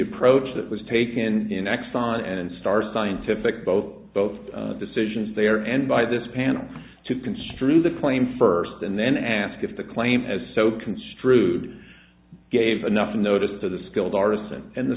approach that was taken in exxon and star scientific vote both decisions there and by this panel to construe the claim first and then ask if the claim is so construed gave enough notice to the skilled a